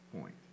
point